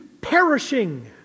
perishing